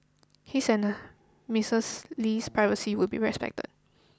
his and Mistress Lee's privacy would be respected